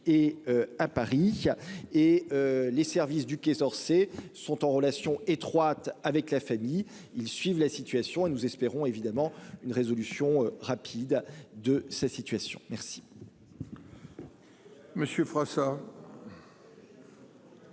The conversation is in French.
et à Paris, et les services du Quai d'Orsay sont en relation étroite avec sa famille. Ils suivent la situation et nous espérons évidemment une résolution rapide de son cas.